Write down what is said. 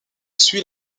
suit